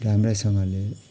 राम्रैसँगले